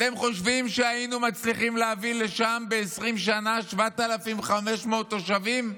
אתם חושבים שהיינו מצליחים להביא לשם ב-20 שנה 7,500 תושבים?